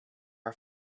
are